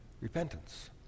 Repentance